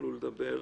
יוכלו לדבר.